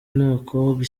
n’abakobwa